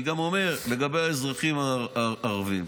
אני גם אומר לגבי האזרחים הערבים,